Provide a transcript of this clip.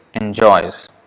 enjoys